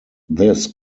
this